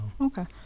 Okay